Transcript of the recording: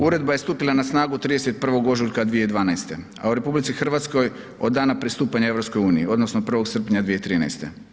Uredba je stupila na snagu 31. ožujka 2012., a u RH od dana pristupanja EU odnosno od 1. srpnja 2013.